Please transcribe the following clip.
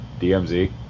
DMZ